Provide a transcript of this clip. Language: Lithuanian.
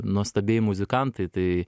nuostabieji muzikantai tai